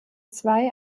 zwei